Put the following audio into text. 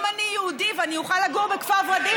אם אני יהודי ואני אוכל לגור בכפר ורדים,